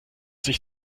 sich